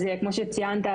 אז כמו שציינת,